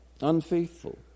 unfaithful